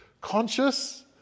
conscious